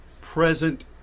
present